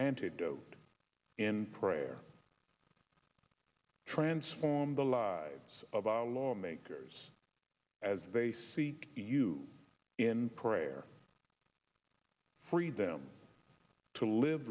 antidote in prayer transform the lives of our lawmakers as they see you in prayer freed them to live